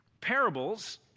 parables